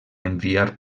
enviar